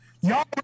Y'all